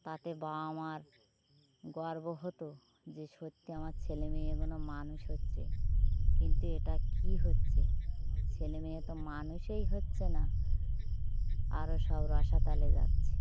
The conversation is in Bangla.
তাতে বাবা মার গর্ব হলো যে সত্যি আমার ছেলেমেয়েগুলো মানুষ হচ্ছেে কিন্তু এটা কী হচ্ছে ছেলেমেয়ে তো মানুষেই হচ্ছে না আরও সব রসাতলে যাচ্ছে